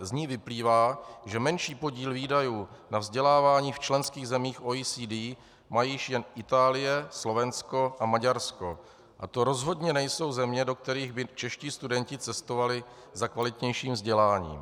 Z ní vyplývá, že menší podíl výdajů na vzdělávání v členských zemích OECD mají již jen Itálie, Slovensko a Maďarsko, a to rozhodně nejsou země, do kterých by čeští studenti cestovali za kvalitnějším vzděláním.